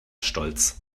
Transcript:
stolz